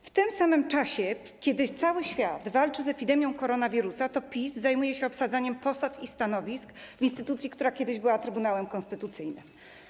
W tym samym czasie, kiedy cały świat walczy z epidemią koronawirusa, PiS zajmuje się obsadzaniem posad i stanowisk w instytucji, która kiedyś była Trybunałem Konstytucyjnym.